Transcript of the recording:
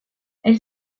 elle